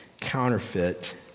counterfeit